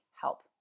help